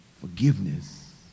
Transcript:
Forgiveness